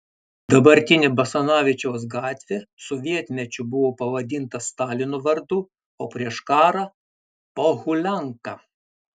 dabartinė basanavičiaus gatvė sovietmečiu buvo pavadinta stalino vardu o prieš karą pohulianka